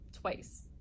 twice